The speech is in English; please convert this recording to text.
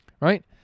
right